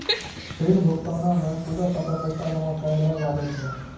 ऋण भुगतानो मे सूदो साथे पैसो जमा करै ल लागै छै